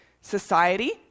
society